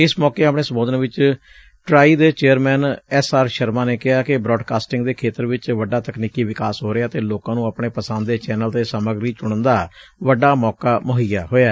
ਇਸ ਮੌਕੇ ਆਪਣੇ ਸੰਬੋਧਨ ਵਿਚ ਟੀ ਆਰ ਏ ਆਈ ਦੇ ਚੇਅਰਮੈਨ ਆਰ ਐਸ ਸ਼ਰਮਾ ਨੇ ਕਿਹਾ ਕਿ ਬਰਾਡਕਾਸਟਿੰਗ ਦੇ ਖੇਤਰ ਵਿਚ ਵੱਡਾ ਤਕਨੀਕੀ ਵਿਕਾਸ ਹੋ ਰਿਹੈ ਅਤੇ ਲੋਕਾਂ ਨੂੰ ਆਪਣੇ ਪਸੰਦ ਦੇ ਚੈਨਲ ਅਤੇ ਸਾਮਗਰੀ ਚੁਣਨ ਦਾ ਵੱਡਾ ਮੌਕਾ ਮੁਹੱਈਆ ਹੋਇਐ